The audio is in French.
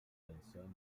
manson